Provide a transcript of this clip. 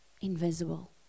invisible